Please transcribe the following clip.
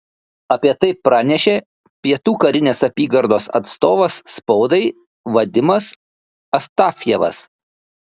apie tai pranešė pietų karinės apygardos atstovas spaudai vadimas astafjevas